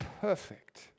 Perfect